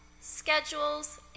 schedules